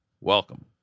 Welcome